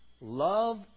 Love